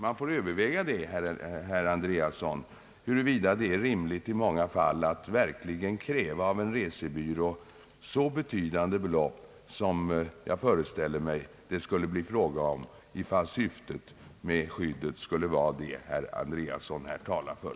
Man får överväga, herr Andreasson, huruvida det är rimligt att verkligen kräva av en resebyrå så betydande belopp som jag föreställer mig att det skulle bli fråga om ifall syftet med skyddet skulle vara det som herr Andreasson här talar för.